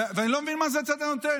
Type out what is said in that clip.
אני לא מבין מה זה הצד הנותן.